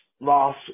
loss